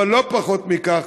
אבל לא פחות מכך,